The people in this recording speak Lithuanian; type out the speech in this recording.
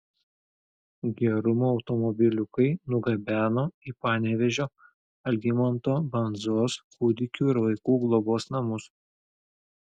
gerumo automobiliukai nugabeno į panevėžio algimanto bandzos kūdikių ir vaikų globos namus